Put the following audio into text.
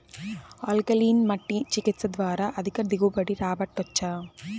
alkaline మట్టి చికిత్స ద్వారా అధిక దిగుబడి రాబట్టొచ్చా